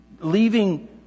Leaving